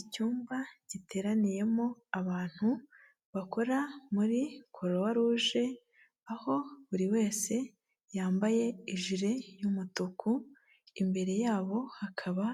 Icyumba giteraniyemo abantu bakora muri kuruwaruje aho buri wese yambaye ijiri y'umutuku imbere yabo hakaba